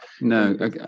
No